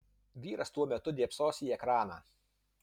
vyras tuo metu dėbsos į ekraną